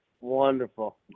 Wonderful